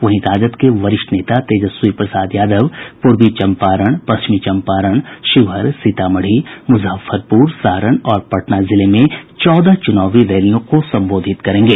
वही राजद के वरिष्ठ नेता तेजस्वी प्रसाद यादव पूर्वी चंपारण पश्चिमी चंपारण शिवहर सीतामढ़ी मुजफ्फरपुर सारण और पटना जिले में चौदह चुनावी रैलियों को संबोधित करेंगे